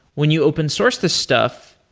when you open source this stuff,